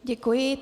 Děkuji.